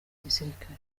gisirikare